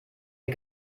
der